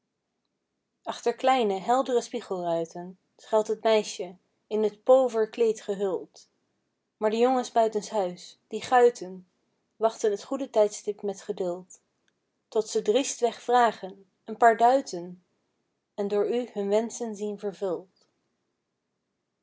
achter kleine heldere spiegelruiten schuilt het meisje in t poover kleed gehuld maar de jongens buitenshuis die guiten wachten t goede tijdstip met geduld tot ze driestweg vragen n paar duiten en door u hun wenschen zien vervuld